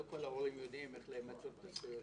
לא כל ההורים יודעים איך למצות את הזכויות שלהם.